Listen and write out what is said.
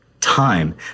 time